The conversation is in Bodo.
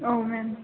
औ मेम